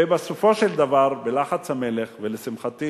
ובסופו של דבר, בלחץ המלך, ולשמחתי